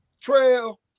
Trail